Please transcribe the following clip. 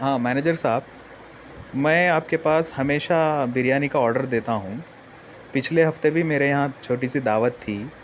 ہاں مینیجر صاحب میں آپ کے پاس ہمیشہ بریانی کا آڈر دیتا ہوں پچھلے ہفتے بھی میرے یہاں چھوٹی سی دعوت تھی